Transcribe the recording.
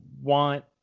want